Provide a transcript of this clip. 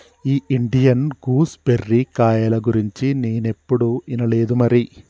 ఈ Indian gooseberry కాయల గురించి నేనేప్పుడు ఇనలేదు మరి